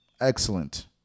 excellent